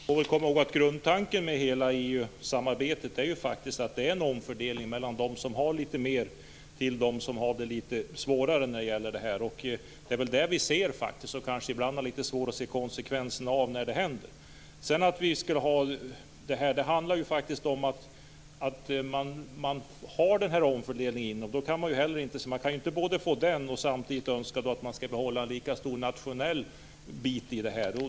Herr talman! Vi får komma ihåg att grundtanken med hela EU-samarbetet är att det är en omfördelning från dem som har litet mer till dem som har det litet svårare. Det är väl det vi ser och ibland har svårt att se konsekvenserna av när det händer. Det handlar ju om att det är den här omfördelningen inom EU, och då kan man inte både ha den och samtidigt önska att man skall behålla en lika stor nationell bit.